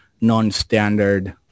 non-standard